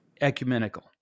ecumenical